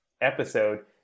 episode